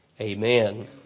amen